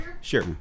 Sure